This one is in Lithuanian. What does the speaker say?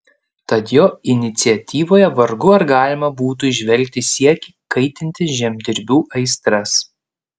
tad jo iniciatyvoje vargu ar galima būtų įžvelgti siekį kaitinti žemdirbių aistras